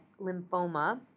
lymphoma